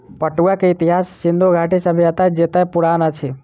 पटुआ के इतिहास सिंधु घाटी सभ्यता जेतै पुरान अछि